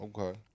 Okay